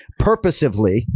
purposively